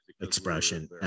expression